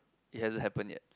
it hasn't happened yet